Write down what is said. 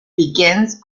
begins